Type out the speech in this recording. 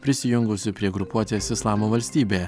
prisijungusių prie grupuotės islamo valstybė